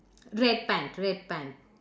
red pant red pant